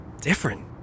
different